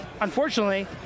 unfortunately